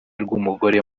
rw’umugore